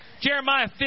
Jeremiah